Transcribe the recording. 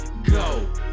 go